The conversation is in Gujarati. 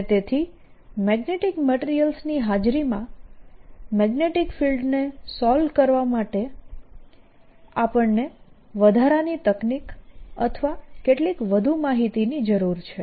અને તેથી મેગ્નેટીક મટીરીયલ્સની હાજરીમાં મેગ્નેટીક ફિલ્ડને સોલ્વ કરવા માટે આપણને વધારાની તકનીક અથવા કેટલીક વધુ માહિતીની જરૂર છે